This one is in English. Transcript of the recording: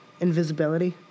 Invisibility